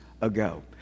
ago